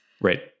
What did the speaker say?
Right